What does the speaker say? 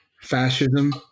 fascism